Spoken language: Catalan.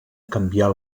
canviar